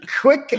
Quick